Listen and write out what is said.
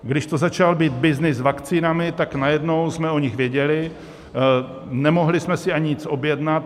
Když to začal být byznys s vakcínami, tak najednou jsme o nich věděli, nemohli jsme si ani nic objednat.